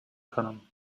können